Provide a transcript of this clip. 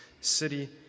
city